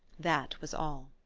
that was all.